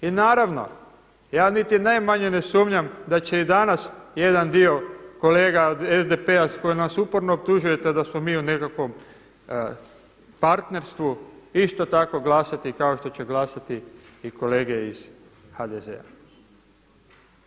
I naravno, ja niti najmanje ne sumnjam da će i danas jedan dio kolega SDP-a koji nas uporno optužujete da smo mi u nekakvom partnerstvu isto tako glasati kao što će glasati i kolege iz HDZ-a.